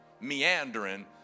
meandering